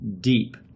deep